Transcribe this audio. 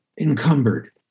encumbered